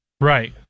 Right